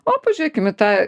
o pažiūrėkim į tą